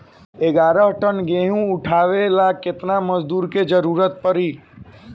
ग्यारह टन गेहूं उठावेला केतना मजदूर के जरुरत पूरी?